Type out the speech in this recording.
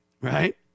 right